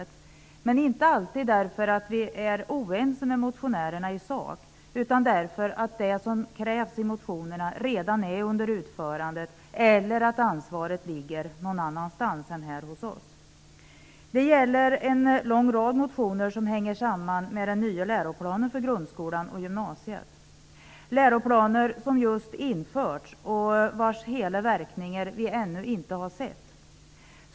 Men det är inte alltid därför att vi är oense med motionärerna i sak, utan därför att det som krävs i motionerna redan är under utförande eller att ansvaret ligger någon annanstans än här i riksdagen. Det gäller en lång rad motioner som hänger samman med den nya läroplanen för grundskolan och gymnasieskolan. Det är läroplaner som just har införts och vars hela verkningar vi ännu inte har sett.